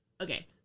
okay